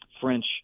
French